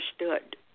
understood